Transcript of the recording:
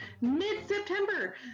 mid-September